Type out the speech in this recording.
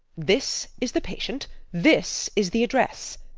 this is the patient. this is the address.